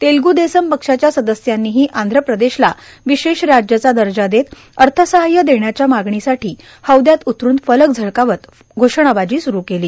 तेलगू देसम पक्षाच्या सदस्यांनीही आंध्रप्रदेशला विशेष राज्याचा दर्जा देत अर्थसहाय्य देण्याच्या मागणीसाठी हौदयात उतरून फलक झळकावत घोषणाबाजी सुरू केली